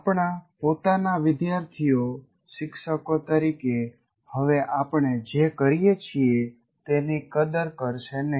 આપણા પોતાના વિદ્યાર્થીઓ શિક્ષકો તરીકે હવે આપણે જે કરીએ છીએ તેની કદર કરશે નહીં